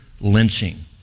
lynching